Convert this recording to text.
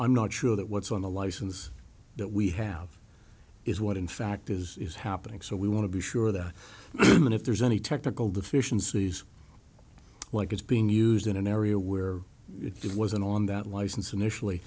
i'm not sure that what's on the license that we have is what in fact is is happening so we want to be sure that even if there's any technical deficiencies like it's being used in an area where it wasn't on that license initially